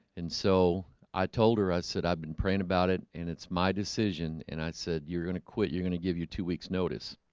and so i told her i said i've been praying about it and it's my decision and i said you're gonna quit you're gonna give you two weeks notice